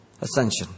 ascension